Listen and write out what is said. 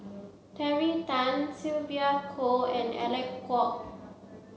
Terry Tan Sylvia Kho and Alec Kuok